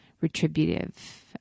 retributive